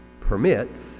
permits